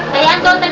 and